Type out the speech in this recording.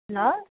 ल